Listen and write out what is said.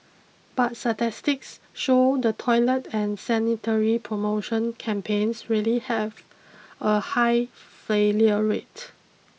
but statistics show the toilet and sanitary promotion campaigns really have a high failure rate